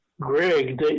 Greg